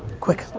quick,